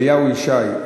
אליהו ישי,